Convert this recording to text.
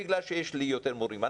בגלל שיש לי יותר מורים,